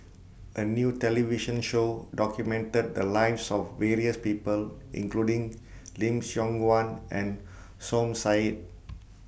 A New television Show documented The Lives of various People including Lim Siong Guan and Som Said